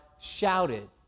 shouted